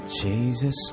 Jesus